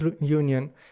Union